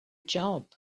job